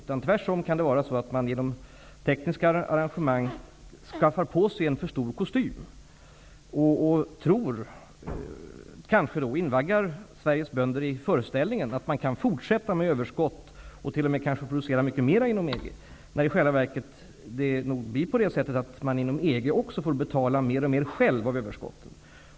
Man kan tvärsom i de tekniska arrangemangen ta på sig en för stor kostym och kanske invagga Sveriges bönder i föreställningen att de kan fortsätta att ha en överskottsproduktion och kanske t.o.m. producera mycket mera inom EG, när det i själva verket nog blir så, att man också inom EG får betala mer och mer själv av överskottet.